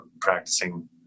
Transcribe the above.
practicing